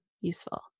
useful